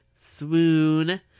Swoon